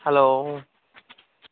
hello